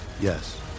Yes